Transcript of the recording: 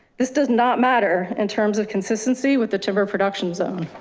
this does not matter in terms of consistency with the timber production zone,